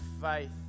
faith